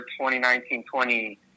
2019-20